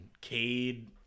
Cade